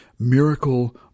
Miracle